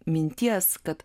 minties kad